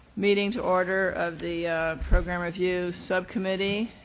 meeting to order of the program review subcommittee,